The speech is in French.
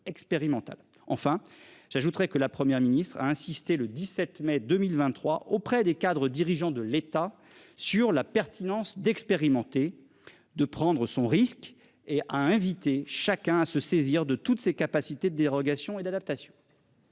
Enfin, j'ajouterais que la Première ministre a insisté, le 17 mai 2023 auprès des cadres dirigeants de l'État sur la pertinence d'expérimenter de prendre son risque et a invité chacun à se saisir de toutes ses capacités de dérogation et d'adaptation.